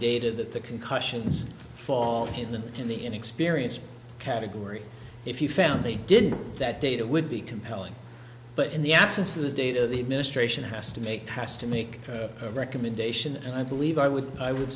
data that the concussions fall in the in the inexperience category if you found they did that data would be compelling but in the absence of the data the administration has to make has to make a recommendation and i believe i would i would